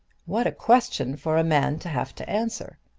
what a question for a man to have to answer!